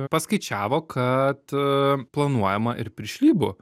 paskaičiavo kad planuojama ir piršlybų